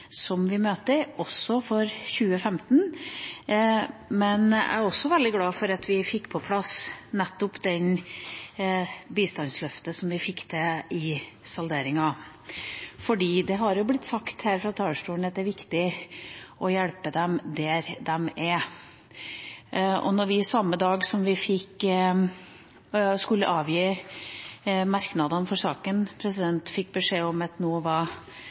som vi møter, også for 2015, men jeg er veldig glad for at vi fikk på plass nettopp det bistandsløftet som vi fikk til i salderinga. Det har blitt sagt fra talerstolen at det er viktig å hjelpe folk der de er. Når vi samme dag som vi skulle avgi merknadene i saken, får beskjed om at det var